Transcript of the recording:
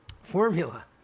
formula